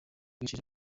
agaciro